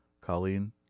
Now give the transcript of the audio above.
Colleen